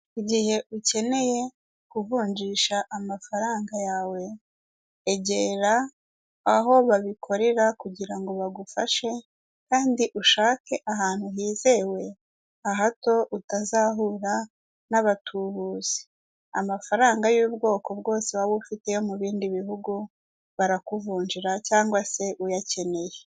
Igihe ukeneye kuvunjisha amafaranga yawe egera aho babikorera kugira ngo bagufashe kandi ushake ahantu hizewe hato utazahura n'abatubuzi. Amafaranga y'ubwoko bwose waba ufite mu bindi bihugu barakuvunjira cyangwa se uyakeneye.